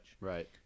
Right